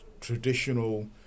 traditional